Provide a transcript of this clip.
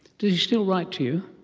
does he still write to you?